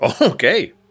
Okay